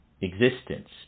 existence